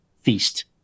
feast